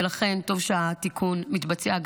ולכן טוב שהתיקון מתבצע,